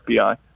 FBI